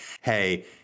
hey